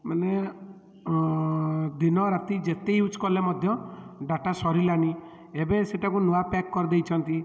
ମାନେ ଦିନ ରାତି ଯେତେ ୟୁଜ୍ କଲେ ମଧ୍ୟ ଡାଟା ସରିଲାନି ଏବେ ସେଟାକୁ ନୂଆ ପ୍ୟାକ୍ କରିଦେଇଛନ୍ତି